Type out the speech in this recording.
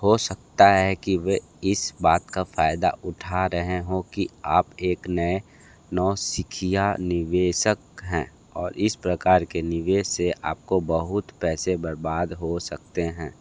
हो सकता है कि वे इस बात का फायदा उठा रहे हों कि आप एक नए नौसिखिया निवेशक हैं और इस प्रकार के निवेश से आपको बहुत पैसे बर्बाद हो सकते हैं